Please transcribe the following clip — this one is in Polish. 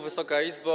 Wysoka Izbo!